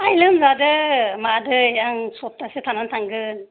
आइ लेमजादों मादै आं सपतासे थाना थांगोन